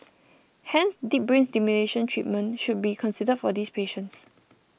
hence deep brain stimulation treatment should be considered for these patients